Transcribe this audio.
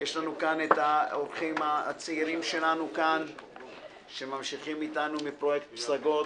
יש לנו כאן את האורחים הצעירים שלנו מפרויקט "חינוך לפסגות"